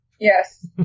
Yes